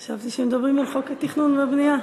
חשבתי שמדברים על חוק התכנון והבנייה.